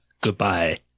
Goodbye